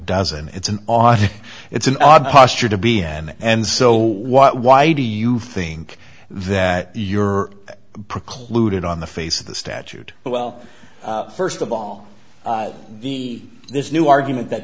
doesn't it's an odd it's an odd posture to be in and so what why do you think that you're precluded on the face of the statute well st of all the this new argument that